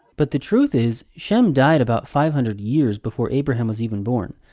but the truth is, shem died about five hundred years before abraham was even born.